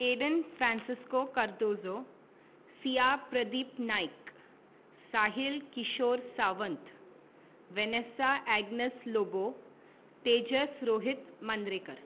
Aden Francisco Cardozo Siya Pradeep Naik Sahil Kishore Sawant Vanessa Agnes Lobo Tejas Rohit Mandrekar